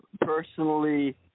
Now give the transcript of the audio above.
personally